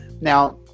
Now